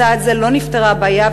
בצעד זה לא נפתרה הבעיה,